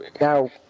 Now